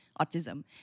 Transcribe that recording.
autism